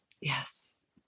Yes